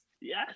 Yes